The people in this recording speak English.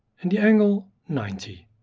and the angle ninety.